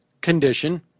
condition